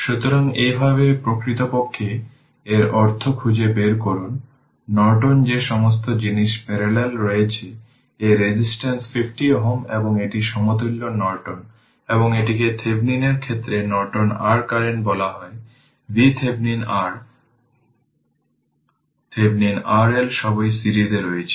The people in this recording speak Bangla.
সুতরাং এইভাবে প্রকৃতপক্ষে এর অর্থ খুঁজে বের করুন নর্টনে যে সমস্ত জিনিস প্যারালেল রয়েছে এই রেজিস্ট্যান্স 50 Ω এবং এটি সমতুল্য নর্টন এবং এটিকে থেভেনিনের ক্ষেত্রে নর্টন r কারেন্ট বলা হয় V Thevenin R Thevenin R L সবই সিরিজে রয়েছে